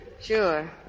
sure